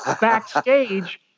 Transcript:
backstage